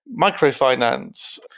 microfinance